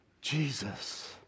Jesus